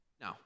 no